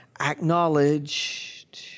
acknowledged